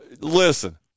Listen